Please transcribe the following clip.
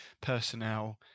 personnel